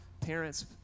parents